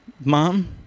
mom